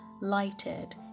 lighted